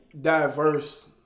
diverse